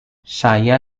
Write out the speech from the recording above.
saya